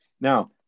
Now